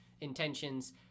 intentions